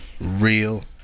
real